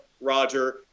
Roger